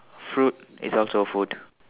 fruit is also food